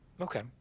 okay